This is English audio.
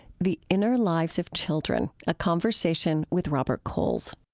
the inner lives of children a conversation with robert coles.